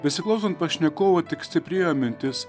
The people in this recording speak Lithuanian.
besiklausant pašnekovo tik stiprėjo mintis